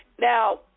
Now